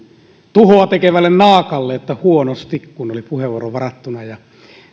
tuhoa tekevälle naakalle huonosti kun oli puheenvuoro varattuna ja